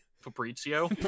Fabrizio